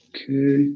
Okay